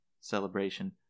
celebration